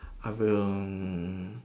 I will mm